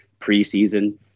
preseason